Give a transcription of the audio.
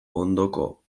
ondoko